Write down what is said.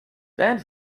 then